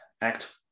act